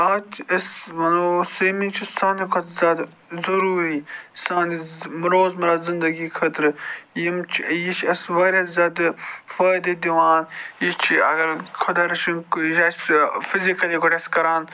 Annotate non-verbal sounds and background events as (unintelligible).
آز چھِ أسۍ ونو سِوِمِنٛگ چھِ ساروی کھۄتہٕ زیادٕ ضٔروٗری سانہِ روز مرہ زندگی خٲطرٕ یِم یہِ چھِ اَسہِ واریاہ زیادٕ فٲیدٕ دِوان یہِ چھِ اگر خۄدا رٔچھِن (unintelligible)